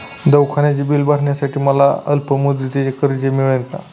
दवाखान्याचे बिल भरण्यासाठी मला अल्पमुदतीचे कर्ज मिळेल का?